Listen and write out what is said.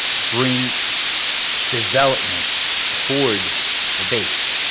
bring development towards the base.